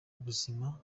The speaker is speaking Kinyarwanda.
ubuzima